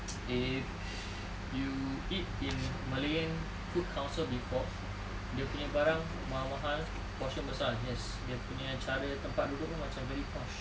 if you eat in malayan food council before dia punya barang mahal-mahal portion besar yes dia punya cara tempat duduk pun macam very posh